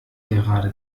gerade